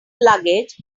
luggage